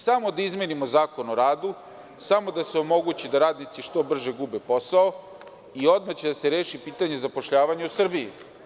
Samo da izmenimo Zakon o radu, samo da se omogući da radnici što brže gube posao i odmah će da se reši pitanje zapošljavanja u Srbiji.